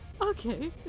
Okay